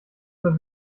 mehr